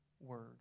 word